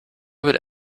would